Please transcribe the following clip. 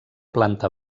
planta